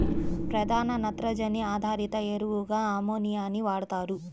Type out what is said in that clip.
ప్రధాన నత్రజని ఆధారిత ఎరువుగా అమ్మోనియాని వాడుతారు